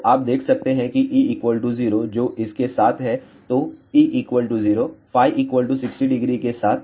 तो आप देख सकते हैं कि E 0 जो इस के साथ है तो E 0 φ 600 के साथ और E 1 900 के साथ